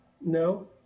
No